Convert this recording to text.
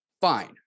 fine